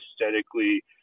aesthetically